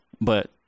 but-